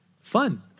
fun